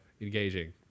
engaging